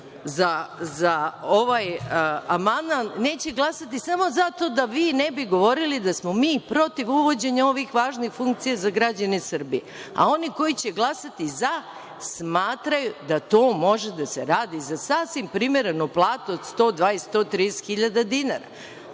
za ovaj amandman, neće glasati samo zato da vi ne bi govorili da smo mi protiv uvođenja ovih važnih funkcija za građane Srbije, a oni koji će glasati za, oni smatraju da to može da se radi za sasvim primerenu platu od 120 – 130 hiljada dinara.